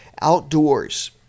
outdoors